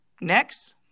next